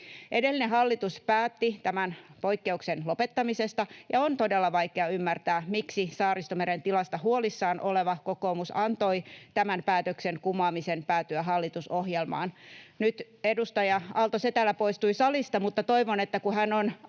Edellinen hallitus päätti tämän poikkeuksen lopettamisesta, ja on todella vaikea ymmärtää, miksi Saaristomeren tilasta huolissaan oleva kokoomus antoi tämän päätöksen kumoamisen päätyä hallitusohjelmaan. — Nyt edustaja Aalto-Setälä poistui salista, mutta toivon, että kun hän on